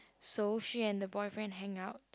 so she and the boyfriend hang out